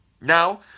Now